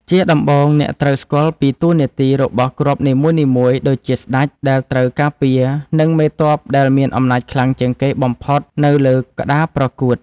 ជាដំបូងអ្នកត្រូវស្គាល់ពីតួនាទីរបស់គ្រាប់នីមួយៗដូចជាស្តេចដែលត្រូវការពារនិងមេទ័ពដែលមានអំណាចខ្លាំងជាងគេបំផុតនៅលើក្តារប្រកួត។